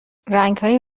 رنگهای